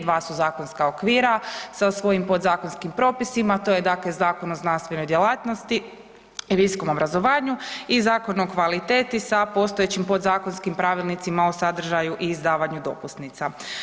Dva su zakonska okvira sa svojim podzakonskim propisima, to je dakle Zakon o znanstvenoj djelatnosti i visokom obrazovanju i Zakon o kvaliteti sa postojećim podzakonskim pravilnicima o sadržaju i izdavanju dopusnica.